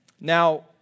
Now